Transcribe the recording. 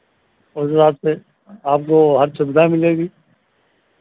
उस हिसाब से आपको हर सुविधा मिलेगी